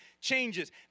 changes